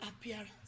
appearance